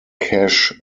cash